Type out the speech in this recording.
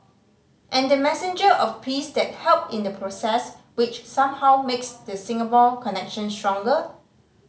and the messenger of peace that helped in the process which somehow makes the Singapore connection stronger